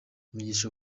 mugisha